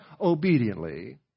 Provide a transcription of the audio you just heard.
obediently